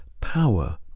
Power